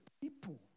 people